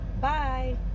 Bye